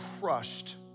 crushed